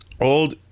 old